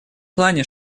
плане